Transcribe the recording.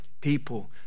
people